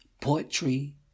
Poetry